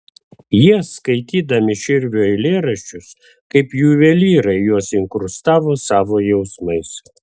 jie skaitydami širvio eilėraščius kaip juvelyrai juos inkrustavo savo jausmais